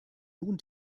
nun